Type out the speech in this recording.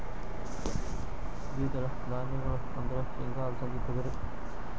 ದ್ವಿದಳ ಧಾನ್ಯಗಳು ಅಂದ್ರ ಸೇಂಗಾ, ಅಲಸಿಂದಿ, ತೊಗರಿ